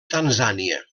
tanzània